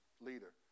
leader